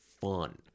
fun